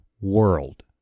world